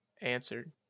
Answered